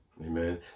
Amen